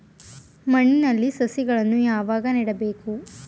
ಮಣ್ಣಿನಲ್ಲಿ ಸಸಿಗಳನ್ನು ಯಾವಾಗ ನೆಡಬೇಕು?